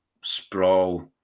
sprawl